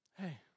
Hey